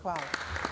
Hvala.